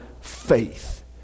faith